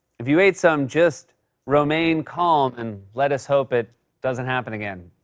if you ate some, just romaine calm and lettuce hope it doesn't happen again.